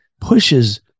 pushes